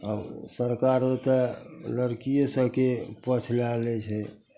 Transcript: आब सरकारो तऽ लड़किए सभके पक्ष लै लै छै